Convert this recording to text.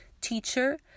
teacher